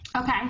Okay